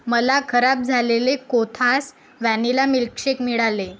मला खराब झालेले कोथास व्हॅनिला मिल्कशेक मिळाले